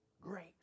great